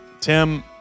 Tim